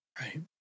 Right